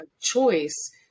choice